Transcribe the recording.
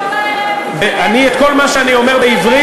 את כל מה שאני אומר בעברית,